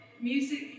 Music